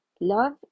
Love